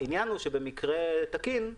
העניין הוא שבמקרה תקין,